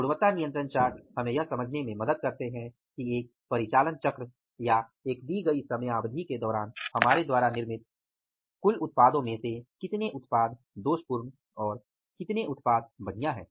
गुणवत्ता नियंत्रण चार्ट हमें यह समझने में मदद करते हैं कि एक परिचालन चक्र या एक दी गई समयावधि के दौरान हमारे द्वारा निर्मित कुल उत्पादों में से कितने उत्पाद दोषपूर्ण और कितने उत्पाद बढ़िया हैं